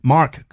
Mark